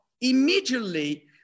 immediately